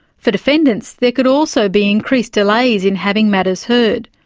for defendants there could also be increased delays in having matters heard.